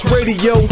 Radio